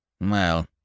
Well